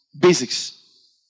basics